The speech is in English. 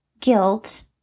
guilt